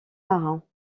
marins